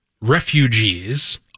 refugees